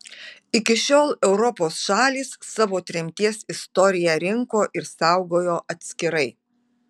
iki šiol europos šalys savo tremties istoriją rinko ir saugojo atskirai